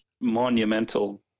monumental